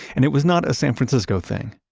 and it was not a san francisco thing.